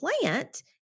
plant